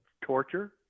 torture